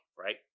Right